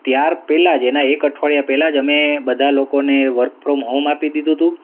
ત્યાર પહેલાં જ એના એક અઠવાડિયા પહેલાં જ અમે બધા લોકોને વર્ક ફ્રોમ હોમ આપી દીધું તું